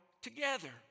together